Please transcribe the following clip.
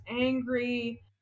angry